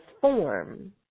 form